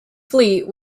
fleet